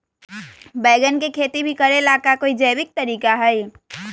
बैंगन के खेती भी करे ला का कोई जैविक तरीका है?